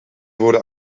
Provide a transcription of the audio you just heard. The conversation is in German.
wurde